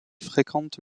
fréquente